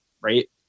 right